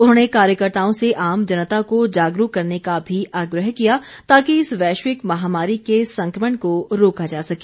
उन्होंने कार्यकर्ताओं से आम जनता को जागरूक करने का भी आग्रह किया ताकि इस वैश्विक महामारी के संक्रमण को रोका जा सके